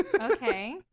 Okay